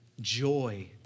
joy